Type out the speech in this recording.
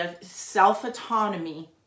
self-autonomy